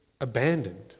abandoned